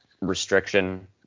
restriction